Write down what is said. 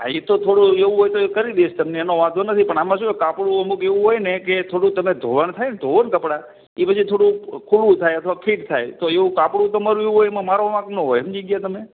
હા એ તો થોડું એવું હોય તો કરી દઇશ તમને એનો વાંધો નથી પણ આમાં શું કપડું અમુક એવું હોય ને કે થોડું તમે ધોવણ થાય ને ધુઓ ને કપડાં એ પછી થોડું ખૂલ્લું થાય અથવા ફિટ થાય તો એવું કપડું તમારું એવું હોય એટલે મારો વાંક ના હોય સમજી ગયા તમે